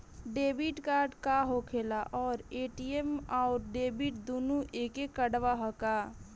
Debit card का होखेला और ए.टी.एम आउर डेबिट दुनों एके कार्डवा ह का?